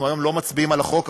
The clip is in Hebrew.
אנחנו לא מצביעים היום על החוק,